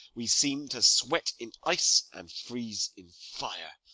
we seem to sweat in ice and freeze in fire.